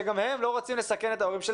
שגם הם לא רוצים לסכן את ההורים.